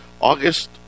August